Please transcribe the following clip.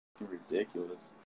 Ridiculous